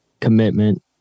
commitment